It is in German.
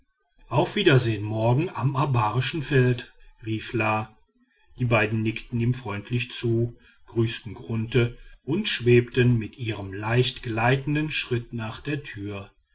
auf wiedersehen morgen am abarischen feld rief la und beide nickten ihm freundlich zu grüßten grunthe und schwebten mit ihrem leichten gleitenden schritt nach der tür